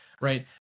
right